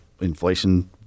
inflation